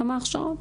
כמה הכשרות?